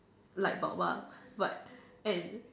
light bulb but and